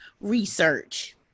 research